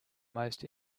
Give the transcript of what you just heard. most